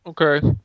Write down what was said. Okay